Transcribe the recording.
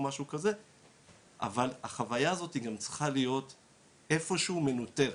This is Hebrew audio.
אבל החוויה הזאת גם צריכה להיות איפשהו מנוטרת,